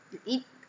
eat